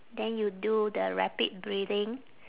then you do the rapid breathing